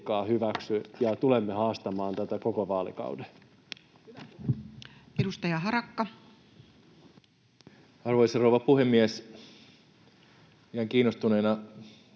ja tulemme haastamaan tätä koko vaalikauden. Edustaja Harakka. Arvoisa rouva puhemies! Jäin kiinnostuneena